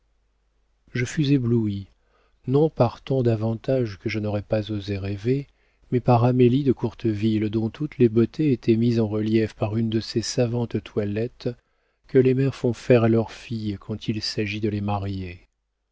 je fus ébloui non par tant d'avantages que je n'aurais pas osé rêver mais par amélie de courteville dont toutes les beautés étaient mises en relief par une de ces savantes toilettes que les mères font faire à leurs filles quand il s'agit de les marier